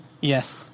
Yes